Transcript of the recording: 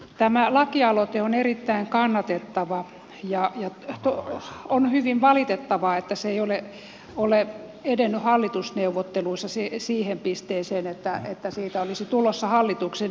tämä lakialoite on erittäin kannatettava ja on hyvin valitettavaa että se ei ole edennyt hallitusneuvotteluissa siihen pisteeseen että siitä olisi tulossa hallituksen esitys